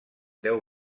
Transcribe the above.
deu